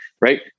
right